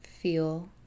Feel